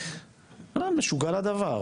משוגע לדבר,